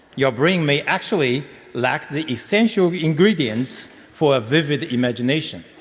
your brain may actually lack the essential ingredients for a vivid imagination.